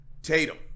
Tatum